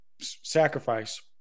Sacrifice